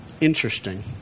Interesting